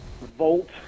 Volt